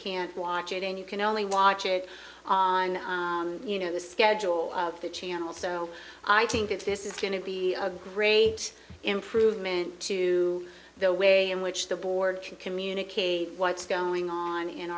can't watch it and you can only watch it on you know the schedule of the channel so i think it's this is going to be a great improvement to the way in which the board can communicate what's going on in